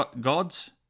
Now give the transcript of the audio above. God's